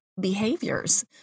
behaviors